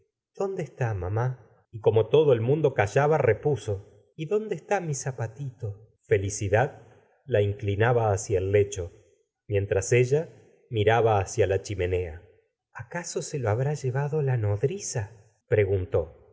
dónde está mamá y como todo el mundo callaba repuso y dónde está mi zapatito felicidad la inclinaba hacia el lecho mientras ella miraba hacia la chimenea acaso se lo habrá llevado la nodriza preguntó